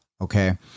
okay